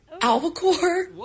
albacore